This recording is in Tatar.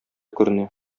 күренә